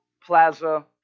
plaza